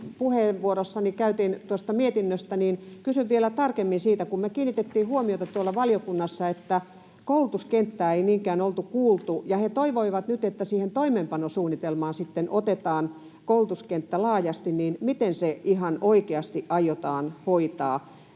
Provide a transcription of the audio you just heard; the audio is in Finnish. käytin puheenvuoroni tuosta mietinnöstä, niin kysyn vielä tarkemmin siitä. Me kiinnitettiin huomiota valiokunnassa siihen, että koulutuskenttää ei niinkään oltu kuultu, ja he toivoivat nyt, että toimeenpanosuunnitelmaan sitten otetaan koulutuskenttä laajasti. Miten toimeenpanosuunnitelman teko ihan oikeasti aiotaan hoitaa?